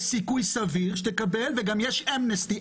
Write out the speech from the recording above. יש סיכוי סביר שתקבל, ויש גם אמנסטי.